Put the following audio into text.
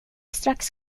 strax